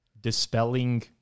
dispelling